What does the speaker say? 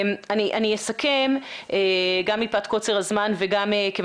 אני אסכם גם מפאת קוצר הזמן וגם כיוון